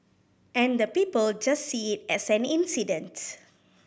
and the people just see it as an incident